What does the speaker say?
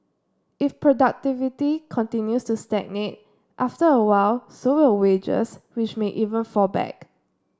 if productivity continues to stagnate after a while so will wages which may even fall back